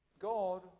God